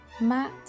Matt